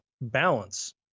balance